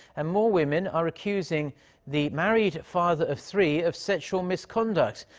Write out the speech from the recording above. and more women are accusing the married father-of-three of sexual misconduct.